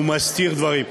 הוא מסתיר דברים,